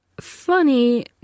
Funny